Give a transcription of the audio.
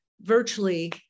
virtually